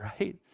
right